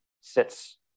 sits